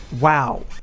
Wow